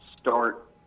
start